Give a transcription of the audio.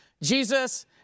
Jesus